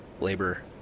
labor